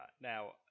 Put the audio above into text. Now